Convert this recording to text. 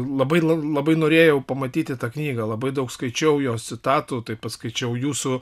labai labai norėjau pamatyti tą knygą labai daug skaičiau jos citatų taip pat skaičiau jūsų